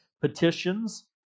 petitions